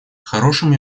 хорошим